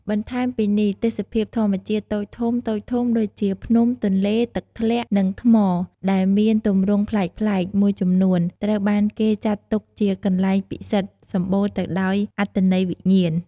បន្ថែមពីនេះ ទេសភាពធម្មជាតិតូចធំៗ ដូចជា ភ្នំ ទន្លេ ទឹកធ្លាក់ និងថ្មដែលមានទម្រង់ប្លែកៗ មួយចំនួន ត្រូវបានគេចាត់ទុកជាកន្លែងពិសិដ្ឋសម្បូរទៅដោយអត្ថន័យវិញ្ញាណ។